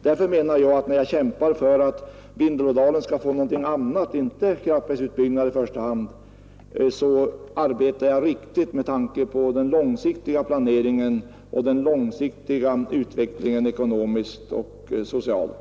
Därför menar jag att när jag kämpar för att Vindelådalen skall få något annat, inte i första hand kraftverksutbyggnader, arbetar jag riktigt med tanke på den långsiktiga planeringen och utvecklingen ekonomiskt och socialt.